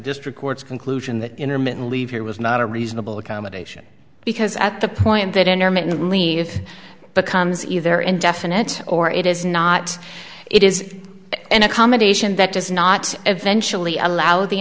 district courts conclusion that intermittent leave here was not a reasonable accommodation because at the point that intermittently if becomes either indefinite or it is not it is an accommodation that does not eventually allow the